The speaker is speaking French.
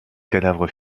cadavre